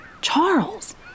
Charles